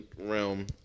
realm